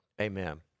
Amen